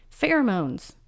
Pheromones